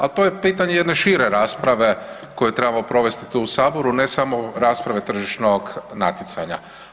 Ali to je pitanje jedne šire rasprave koju trebamo provesti tu u Saboru, ne samo rasprave tržišnog natjecanja.